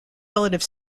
relative